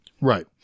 Right